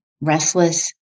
restless